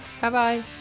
Bye-bye